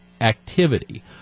activity